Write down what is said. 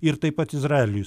ir taip pat izraeliui